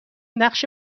نقش